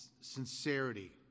sincerity